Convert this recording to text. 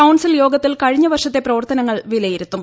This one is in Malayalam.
കൌൺസിൽ യോഗത്തിൽ കഴിഞ്ഞ വർഷത്തെ പ്രവർത്തനങ്ങൾ വിലയിരുത്തും